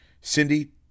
Cindy